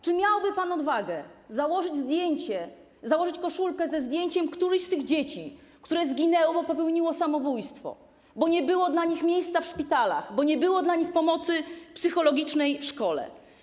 Czy miałby pan odwagę założyć koszulkę ze zdjęciem któregoś z tych dzieci, które zginęły, bo popełniły samobójstwo, bo nie było dla nich miejsca w szpitalach, bo nie było dla nich pomocy psychologicznej w szkole?